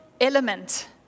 element